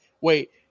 wait